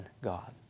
God